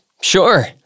sure